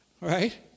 right